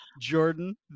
Jordan